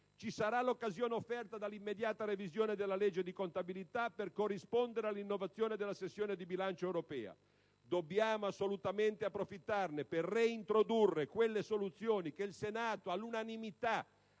Ci sarà l'occasione offerta dalla immediata revisione della legge di contabilità per corrispondere all'innovazione della sessione di bilancio europea. Dobbiamo assolutamente approfittarne per reintrodurre quelle soluzioni che il Senato approvò all'unanimità